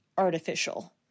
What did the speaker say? artificial